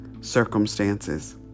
circumstances